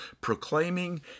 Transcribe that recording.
proclaiming